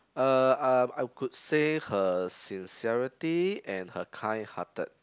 uh um I I could say her sincerity and her kind hearted